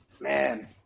man